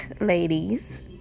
ladies